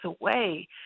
away